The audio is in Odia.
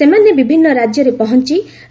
ସେମାନେ ବିଭିନ୍ନ ରାଜ୍ୟରେ ପହଞ୍ଚୁଛନ୍ତି